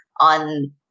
on